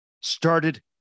started